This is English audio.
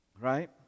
right